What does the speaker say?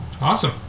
Awesome